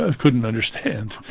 ah couldn't understand.